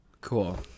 cool